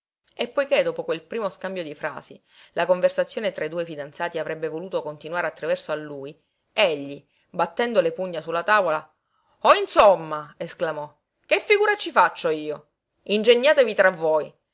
e poiché dopo quel primo scambio di frasi la conversazione tra i due fidanzati avrebbe voluto continuare attraverso a lui egli battendo le pugna su la tavola oh insomma esclamò che figura ci faccio io ingegnatevi tra voi